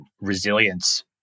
resilience